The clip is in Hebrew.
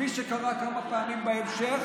כפי שקרה כמה פעמים בהמשך,